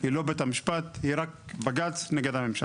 היא לא בית המשפט, היא רק בג"ץ נגד הממשלה.